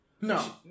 No